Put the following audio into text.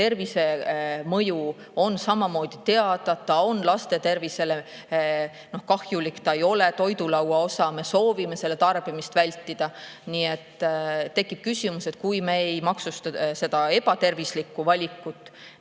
tervisemõju on samamoodi teada, see on laste tervisele kahjulik, see ei ole toidulaua osa ja me soovime selle tarbimist vältida. Tekib küsimus, et kui me ei maksusta seda ebatervislikku valikut,